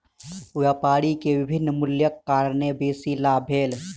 व्यापारी के विभिन्न मूल्यक कारणेँ बेसी लाभ भेल